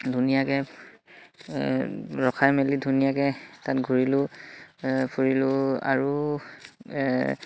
ধুনীয়াকে ৰখাই মেলি ধুনীয়াকে তাত ঘূৰিলোঁ ফুৰিলোঁ আৰু